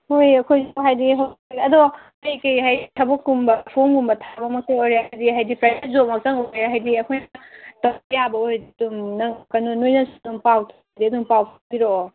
ꯍꯣꯏ ꯑꯩꯈꯣꯏꯁꯨ ꯍꯥꯏꯗꯤ ꯍꯣꯏ ꯑꯗꯣ ꯀꯔꯤ ꯀꯔꯤ ꯍꯥꯏꯗꯤ ꯊꯕꯛ ꯀꯨꯝꯕ ꯐꯣꯝꯒꯨꯝꯕ ꯊꯥꯕꯃꯛꯇ ꯑꯣꯏꯔꯣ ꯍꯥꯏꯗꯤ ꯍꯥꯏꯗꯤ ꯑꯩꯈꯣꯏꯅ ꯇꯧ ꯌꯥꯕ ꯑꯣꯏꯔꯗꯤ ꯑꯗꯨꯝ ꯅꯪ ꯀꯩꯅꯣ ꯅꯣꯏꯅ ꯑꯗꯨꯝ ꯄꯥꯎ ꯑꯗꯩ ꯑꯗꯨꯝ ꯄꯥꯎ ꯐꯥꯎꯕꯤꯔꯛꯑꯣ